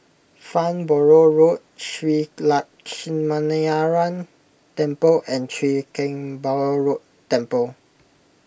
Farnborough Road Shree Lakshminarayanan Temple and Chwee Kang Beo Temple